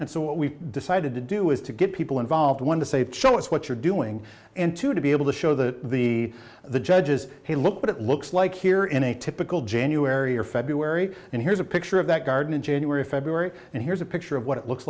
we've decided to do is to get people involved one to save show us what you're doing and to to be able to show the the the judges hey look what it looks like here in a typical january or february and here's a picture of that garden in january february and here's a picture of what it looks